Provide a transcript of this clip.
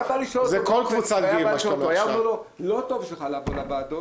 הוא היה אומר לו: לא טוב בשבילך לבוא לוועדות,